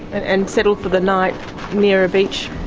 and and settle for the night near a beach